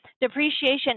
depreciation